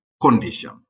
condition